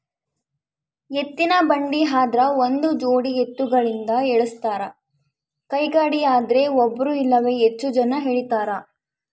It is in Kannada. ಎತ್ತಿನಬಂಡಿ ಆದ್ರ ಒಂದುಜೋಡಿ ಎತ್ತುಗಳಿಂದ ಎಳಸ್ತಾರ ಕೈಗಾಡಿಯದ್ರೆ ಒಬ್ರು ಇಲ್ಲವೇ ಹೆಚ್ಚು ಜನ ಎಳೀತಾರ